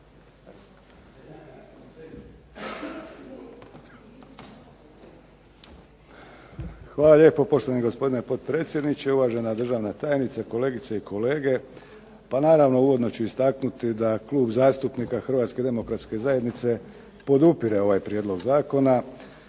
Hvala lijepo poštovani gospodine potpredsjedniče, uvažena državna tajnice, kolegice i kolege. Pa naravno uvodno ću istaknuti da Klub zastupnika HDZ-a podupire ovaj prijedlog zakona.